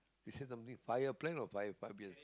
you say something five year plan or five year